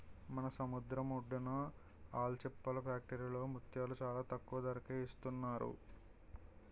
మన సముద్రం ఒడ్డున ఆల్చిప్పల ఫ్యాక్టరీలో ముత్యాలు చాలా తక్కువ ధరకే ఇస్తున్నారు